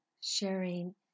sharing